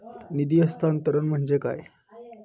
निधी हस्तांतरण म्हणजे काय?